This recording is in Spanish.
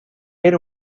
era